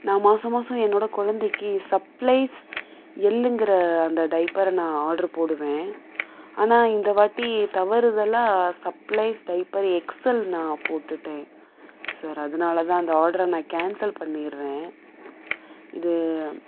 நான் மாசம் மாசம் என்னோடய கொழந்தைக்கி சப்ளைஸ் எல்லுங்குற அந்த டைப்பரை நான் ஆட்ரு போடுவேன் ஆனால் இந்த வாட்டி தவறுதலாக சப்ளைஸ் டைப்பர் எக்ஸ்எல் நான் போட்டுட்டேன் சார் அதனால தான் அந்த ஆட்ரை நான் கேன்சல் பண்ணிடுறேன் இது